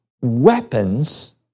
weapons